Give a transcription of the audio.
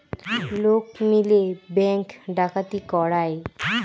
লোক মিলে ব্যাঙ্ক ডাকাতি করায়